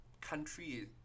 country